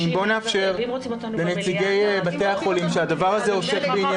רוצה לתת ודאות לבתי החולים שיהיה להם